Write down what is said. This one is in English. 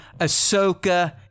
ahsoka